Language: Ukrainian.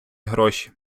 гроші